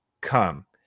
come